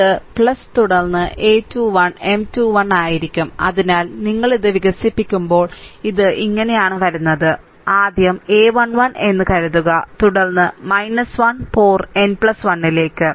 അത് തുടർന്ന് a 2 1 M 2 1 ആയിരിക്കും അതിനാൽ നിങ്ങൾ ഇത് വികസിപ്പിക്കുമ്പോൾ ഇത് ഇങ്ങനെയാണ് വരുന്നത് ആദ്യം a1 1 എന്ന് കരുതുക തുടർന്ന് 1 പോർ n 1 ലേക്ക്